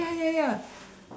oh ya ya ya